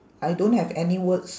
I don't have any words